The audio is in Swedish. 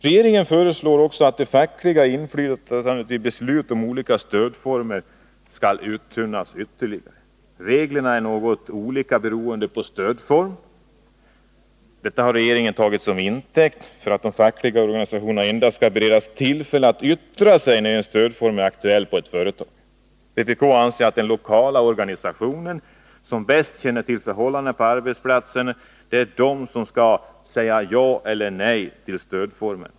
Regeringen föreslår också att det fackliga inflytandet över beslut om olika stödformer skall uttunnas ytterligare. Reglerna är något olika, beroende på stödform. Det har regeringen tagit till intäkt för att de fackliga organisationerna endast skall beredas tillfälle att yttra sig när det är aktuellt att utnyttja en stödform på ett företag. Vpk anser att det är de lokala organisationerna, som bäst känner till förhållandena på arbetsplatsen, som skall säga ja eller nej till en stödform.